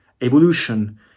evolution